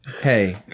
Hey